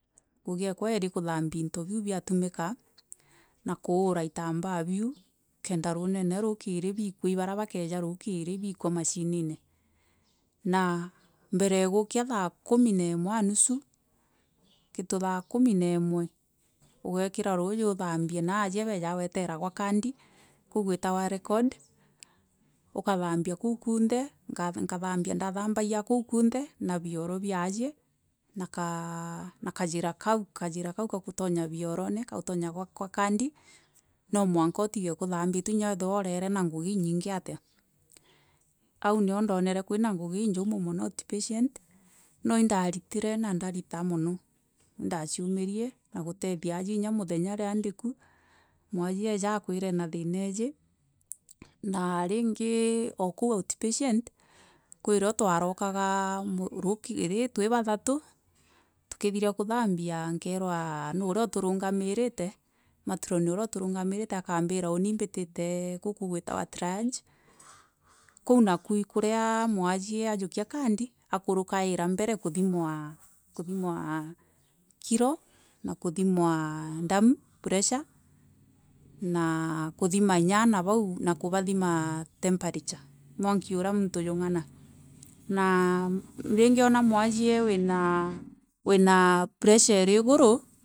Ngûgi ekwa gari kûthambia into biû biatûmika na kisûra itambaa bii kenda rûnene rûkiri biikwa, bara bakeja rijkiri bikisa macinine naa mbere e gûkea thaakûmi na imwe na nûsû kintû thaa kame na thimwe ûgekira rûji ûthambie naa asie bejaa gwerera gwa kandi koû gûiragwa rekod ûkathambia koû kûnthe nkatha ndathambagia koû gûiragwa rekod ûkathambia koû kûnthe nkatha ndathambagia koû kûnthe na bioro bia ajie na kaa kajira kaû kajira kagûstonya biorone kûfanya kwa kandi no mwanka ûtige kûthambûrie kinya weithira ûrere na ngûgi inyinyi area. Aû nio ndaonere kwina ngûgi injûmû morio oûtpatient no indaritire na ndarira mono. Indaciûmirie na gûrethia ajie inya mûthenya rira ndikio mwasie eja akwira aina thina iji na ringi okoû oûtpatient kwirio twarokaga rûkiri twa bathatû tûkithiria kûthambia nkairwa nûra ûtûrûngamirike mattoni ûra ûtûrûngamirie nkairwa ûni mbithe gûkû kûitagwa triage koû nakûo ikûra mwasie ajûkia kandi akûhûkaira mbere kûthimwa kiro na khûthimwa ndamû precha naa kûthima inya ana baû na kûbathima inya temparicha. Mwaniki ûra miritû naa ûringiona mwasie wina presha irigûrûû.